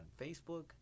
Facebook